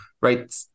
right